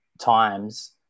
times